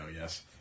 yes